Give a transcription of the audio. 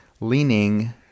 Leaning